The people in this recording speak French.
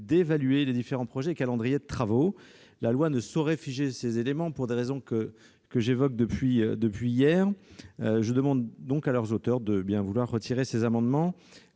d'évaluer les différents projets et calendriers de travaux. La loi ne saurait figer ces éléments pour des raisons que j'évoque depuis hier. Je demande donc à leurs auteurs de bien vouloir retirer ces amendements,